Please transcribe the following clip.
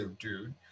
dude